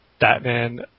Batman